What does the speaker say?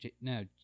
No